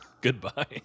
Goodbye